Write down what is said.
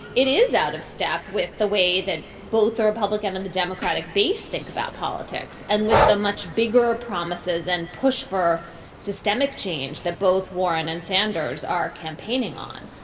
it is out of step with the way that both the republican and the democratic base think about politics and with the much bigger promises and push for systemic change that both warren and sanders are campaigning on.